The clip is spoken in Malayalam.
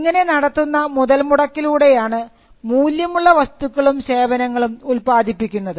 ഇങ്ങനെ നടത്തുന്ന മുതൽമുടക്കിലൂടെയാണ് മൂല്യമുള്ള വസ്തുക്കളും സേവനങ്ങളും ഉല്പാദിപ്പിക്കുന്നത്